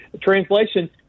Translation